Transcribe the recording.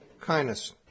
kindness